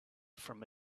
from